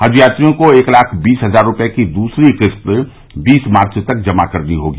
हज यात्रियों को एक लाख बीस हज़ार रूपये की दूसरी किस्त बीस मार्च तक जमा करनी होगी